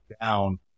down